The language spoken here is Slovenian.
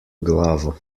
glavo